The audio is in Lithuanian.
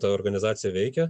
ta organizacija veikia